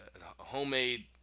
homemade